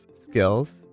skills